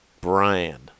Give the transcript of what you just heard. Brian